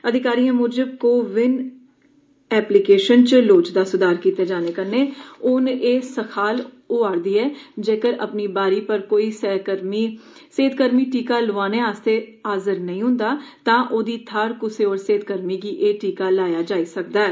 अधिकारिए मुजब CoWIN application च लोड़चदा सुधार कीते जाने कन्नै हून एह सखाल होआ'रदी ऐ जेगर अपनी बारी पर कोई सेहतकर्मी टीका लोआने आस्तै हाजिर नेई ह्ंदा तां ओहदी थाहर कुसै होर सेहतकर्मी गी एह् टीका लाया जाई सका'रदा ऐ